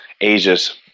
Asia's